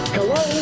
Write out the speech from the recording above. Hello